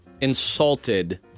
insulted